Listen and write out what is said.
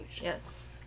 Yes